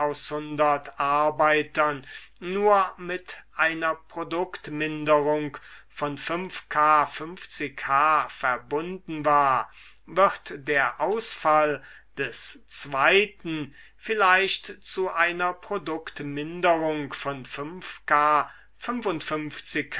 arbeitern nur mit einer produktminderung von k h verbunden war wird der ausfall des zweiten vielleicht zu einer produktminderung von